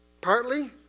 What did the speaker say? Partly